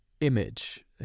image